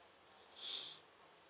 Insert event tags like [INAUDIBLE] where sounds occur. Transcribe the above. [BREATH]